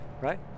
right